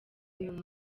uyu